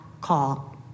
call